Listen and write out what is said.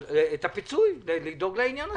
אבל לדאוג לפיצוי ולעניין הזה.